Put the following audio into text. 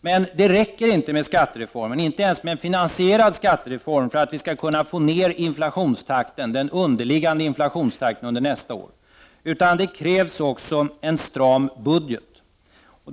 Men det räcker inte med skattereformen, inte ens med en finansierad skattereform, för att vi skall kunna få ned den underliggande inflationstakten under nästa år, utan det krävs också en stram budget.